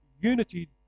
unity